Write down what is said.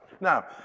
Now